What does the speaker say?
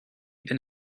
been